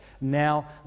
now